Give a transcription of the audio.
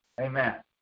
Amen